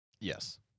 Yes